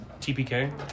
TPK